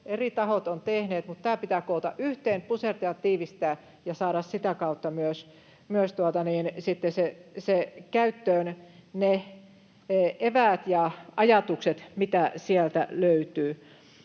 Eri tahot ovat sitä hankkineet, mutta se pitää koota yhteen, pusertaa ja tiivistää, ja saada sitä kautta myös sitten käyttöön ne eväät ja ajatukset, mitä sieltä löytyy.